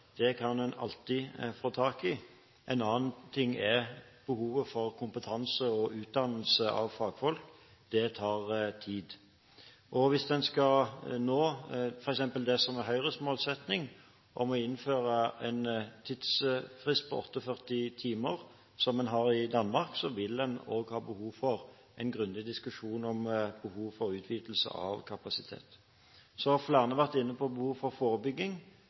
det kan en alltids få tak i. En annen ting er behovet for kompetanse og utdannelse av fagfolk – det tar tid. Hvis en skal nå f.eks. det som er Høyres målsetting, å innføre en tidsfrist på 48 timer, som man har i Danmark, vil man også ha behov for en grundig diskusjon om behovet for utvidelse av kapasitet. Så har flere vært inne på behovet for forebygging